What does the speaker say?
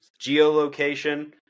Geolocation